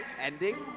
ending